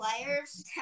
players